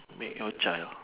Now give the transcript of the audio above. make your child